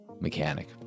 mechanic